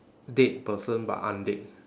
dead person but undead